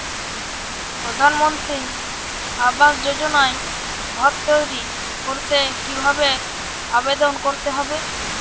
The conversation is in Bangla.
প্রধানমন্ত্রী আবাস যোজনায় ঘর তৈরি করতে কিভাবে আবেদন করতে হবে?